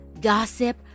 gossip